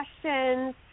questions